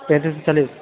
تینتیس سو چالیس